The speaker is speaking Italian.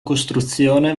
costruzione